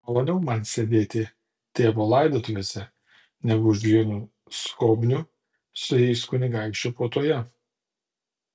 maloniau man sėdėti tėvo laidotuvėse negu už vienų skobnių su jais kunigaikščio puotoje